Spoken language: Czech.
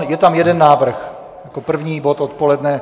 Je tam jeden návrh jako první bod odpoledne.